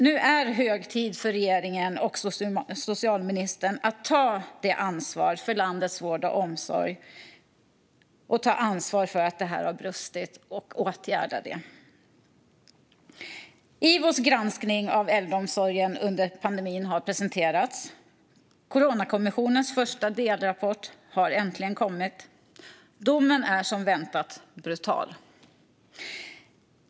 Nu är det hög tid för regeringen och socialministern att ta ansvar för att landets vård och omsorg har brustit och att åtgärda detta. IVO:s granskning av äldreomsorgen under pandemin har presenterats. Coronakommissionens första delrapport har äntligen kommit, och domen var som väntat brutal.